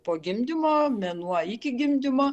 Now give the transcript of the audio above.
po gimdymo mėnuo iki gimdymo